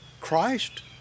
Christ